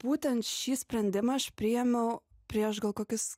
būtent šį sprendimą aš priėmiau prieš gal kokius